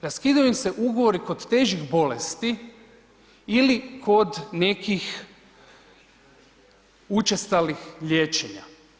Raskidaju im se ugovori kod težih bolesti ili kod nekih učestalih liječenja.